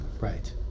Right